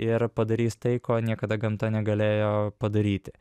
ir padarys tai ko niekada gamta negalėjo padaryti